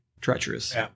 treacherous